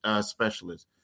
specialist